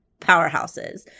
powerhouses